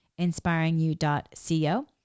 inspiringyou.co